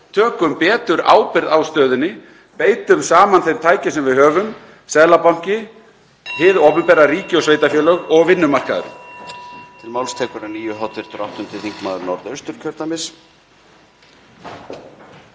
tökum betur ábyrgð á stöðunni, beitum saman þeim tækjum sem við höfum; Seðlabankinn, hið opinbera, ríki og sveitarfélög og vinnumarkaðurinn.